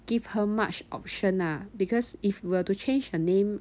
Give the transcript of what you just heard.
give her much option ah because if were to change her name